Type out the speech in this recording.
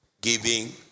Giving